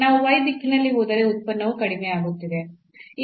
ನಾವು y ದಿಕ್ಕಿನಲ್ಲಿ ಹೋದರೆ ಉತ್ಪನ್ನವು ಕಡಿಮೆಯಾಗುತ್ತಿದೆ